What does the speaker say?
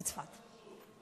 בצפת.